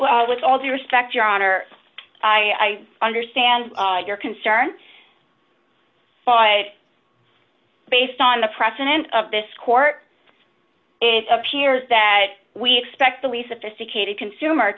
well with all due respect your honor i understand your concern but based on the precedent of this court it appears that we expect that we sophisticated consumer